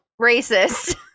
racist